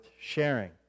sharing